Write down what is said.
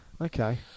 okay